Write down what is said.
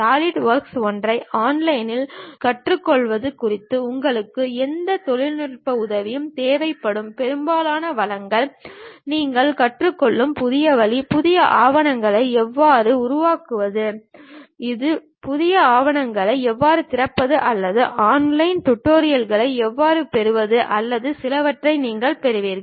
SolidWorks ஒன்றை ஆன்லைனில் கற்றுக்கொள்வது குறித்து உங்களுக்கு எந்த தொழில்நுட்ப உதவியும் தேவைப்படும் பெரும்பாலான வளங்கள் நீங்கள் கற்றுக் கொள்ளும் புதிய வழி புதிய ஆவணத்தை எவ்வாறு உருவாக்குவது ஒரு புதிய ஆவணத்தை எவ்வாறு திறப்பது அல்லது ஆன்லைன் டுடோரியல்களை எவ்வாறு பெறுவது அல்லது சிலவற்றை நீங்கள் பெறுவீர்கள்